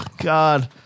God